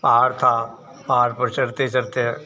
पहाड़ था पहाड़ पर चढ़ते चढ़ते